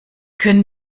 können